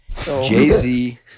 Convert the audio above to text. Jay-Z